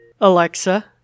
Alexa